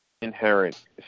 Inherent